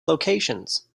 locations